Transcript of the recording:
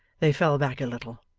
they fell back a little,